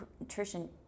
nutrition